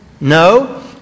No